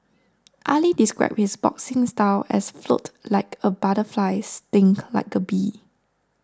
Ali described his boxing style as float like a butterfly sting like a bee